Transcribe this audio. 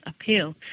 appeal